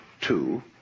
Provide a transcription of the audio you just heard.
two